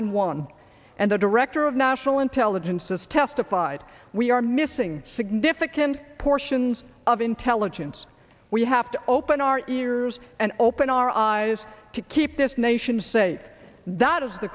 and one and the director of national intelligence has testified we are missing significant portions of intelligence we have to open our ears and open our eyes to keep this nation say that is the